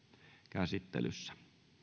käsittelyssä